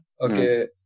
okay